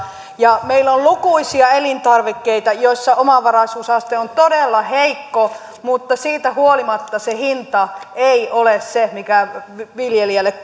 ja meillä on lukuisia elintarvikkeita joissa omavaraisuusaste on todella heikko mutta siitä huolimatta se hinta ei ole se mikä viljelijälle